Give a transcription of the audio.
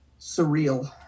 Surreal